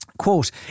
Quote